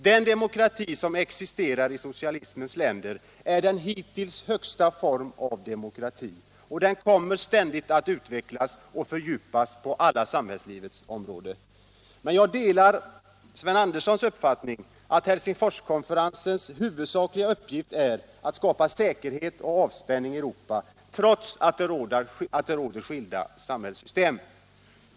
Den demokrati som existerar i socialismens länder är den hittills högsta formen av demokrati, och den kommer ständigt att utvecklas och fördjupas på alla samhällslivets områden. Men jag delar Sven Anderssons uppfattning att Helsingforskonferensens huvudsakliga uppgift är att skapa säkerhet och avspänning i Europa, trots att det råder skilda samhällssystem.